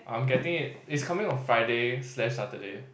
I am getting it it's coming on Friday slash Saturday